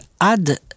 add